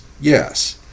yes